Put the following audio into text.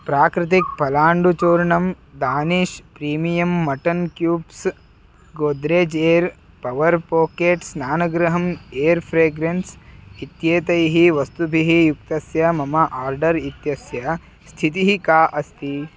प्राकृतिकपलाण्डुचूर्णं Danish premium mutton cubes Godrej air power pockets स्नागृहम् air fragrance इत्येतैः वस्तुभिः युक्तस्य मम आर्डर् इत्यस्य स्थितिः का अस्ति